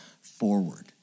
forward